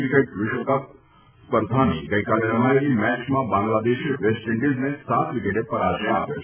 cricket વિશ્વકપ સ્પર્ધાની ગઇકાલે રમાયેલી મેચમાં બાંગ્લાદેશે વેસ્ટ ઇન્ડિઝને સાત વિકેટે પરાજય આપ્યો છે